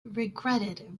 regretted